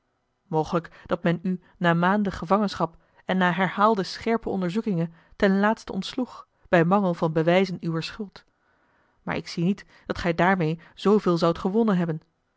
mogelijk dat men u na maanden gevangenschap en na herhaalde scherpe onderzoekinge ten laatste ontsloeg bij mangel van bewijzen uwer schuld maar ik zie niet dat gij daarmeê zooveel zoudt gewonnen hebben